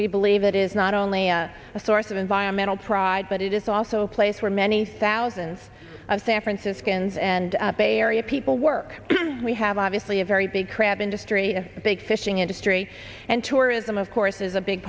we believe it is not only a source of environmental pride but it is also a place where many thousands of san franciscans and bay area people work we have obviously a very big crab industry big fishing industry and tourism of course is a big